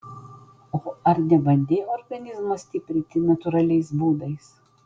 o ar nebandei organizmo stiprinti natūraliais būdais